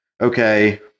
okay